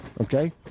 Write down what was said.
Okay